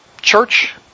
church